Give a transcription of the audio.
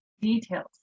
details